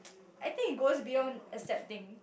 I think it goes beyond accepting